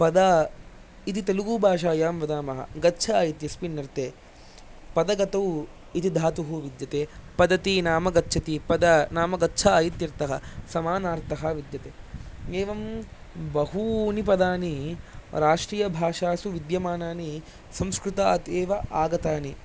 पद इति तेलुगुभाषायां वदामः गच्छ इत्यस्मिन् अर्थे पदगतौ इति धातुः विद्यते पदति नाम गच्छति पद नाम गच्छ इत्यर्थः समानार्तः विद्यते एवं बहूनि पदानि राष्ट्रियभाषासु विद्यमानानि संस्कृतात् एव आगतानि